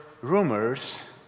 rumors